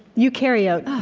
eukaryote,